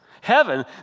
Heaven